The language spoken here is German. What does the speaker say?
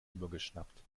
übergeschnappt